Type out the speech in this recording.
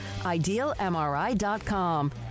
IdealMRI.com